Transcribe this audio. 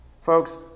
Folks